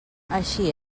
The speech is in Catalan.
així